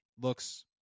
looks